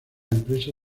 empresa